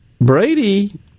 Brady